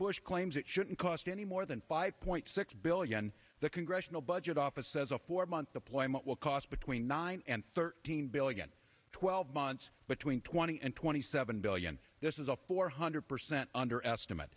bush claims it shouldn't cost any more than five point six billion the congressional budget office says a four month deployment will cost between nine and thirteen billion twelve months between twenty and twenty seven billion this is a four hundred percent under estimate